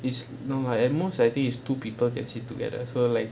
it's no lah at most I think is two people can sit together so like